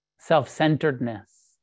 Self-centeredness